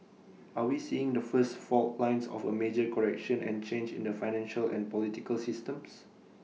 are we seeing the first fault lines of A major correction and change in the financial and political systems